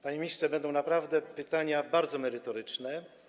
Panie ministrze, to naprawdę będą pytania bardzo merytoryczne.